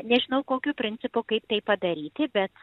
nežinau kokiu principu kaip tai padaryti bet